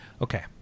Okay